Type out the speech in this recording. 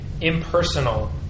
impersonal